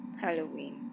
Halloween